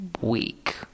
week